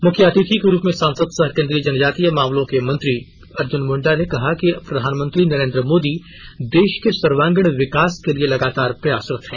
मुख्य अतिथि के रूप में सांसद सह केंद्रीय जनजातीय मामलों के मंत्री अर्जुन मुंडा ने कहा कि प्रधानमंत्री नरेंद्र मोदी देश के सर्वांगीण विकास के लिए लगातार प्रयासरत हैं